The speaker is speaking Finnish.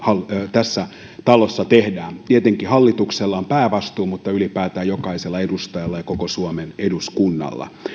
tässä talossa teemme tietenkin hallituksella on päävastuu mutta ylipäätään jokaisella edustajalla ja koko suomen eduskunnalla